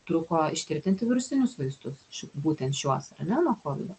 truko ištirti antivirusinius vaistus būtent šiuos ar ne nuo kovido